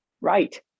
right